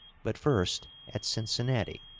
but first at cincinnati.